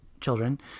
children